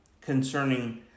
concerning